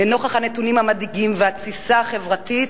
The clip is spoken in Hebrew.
לנוכח הנתונים המדאיגים והתסיסה החברתית,